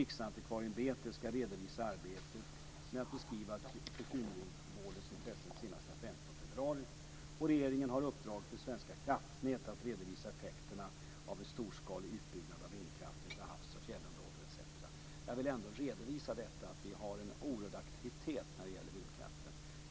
Riksantikvarieämbetet ska redovisa arbetet med att beskriva kulturmiljövårdens intressen senast den 15 Regeringen har uppdragit åt Svenska Kraftnät att redovisa effekterna av en storskalig utbyggnad av vindkraften till havs och fjällområden etc. Jag vill ändå redovisa detta att vi har en oerhörd aktivitet när det gäller vindkraften.